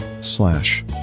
slash